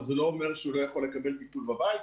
אבל זה לא אומר שהוא לא יכול לקבל טיפול בבית.